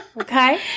Okay